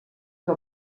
que